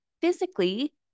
physically